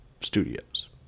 Studios